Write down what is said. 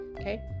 okay